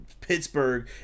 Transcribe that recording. Pittsburgh